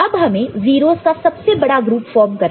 अब हमें 0's का सबसे बड़ा ग्रुप फॉर्म करना है